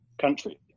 country